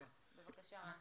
בבקשה, רן.